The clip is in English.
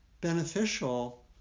beneficial